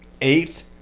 Eight